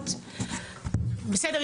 בסדר,